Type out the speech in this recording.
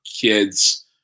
kids